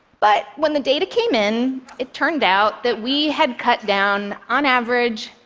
but when the data came in, it turned out that we had cut down, on average,